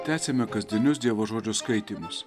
tęsiame kasdienius dievo žodžio skaitymus